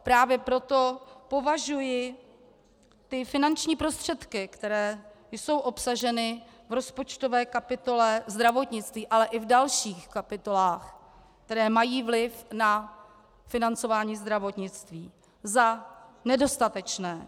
Právě proto považuji finanční prostředky, které jsou obsaženy v rozpočtové kapitole zdravotnictví, ale i v dalších kapitolách, které mají vliv na financování zdravotnictví, za nedostatečné.